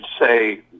say